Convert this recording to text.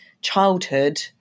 childhood